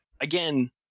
again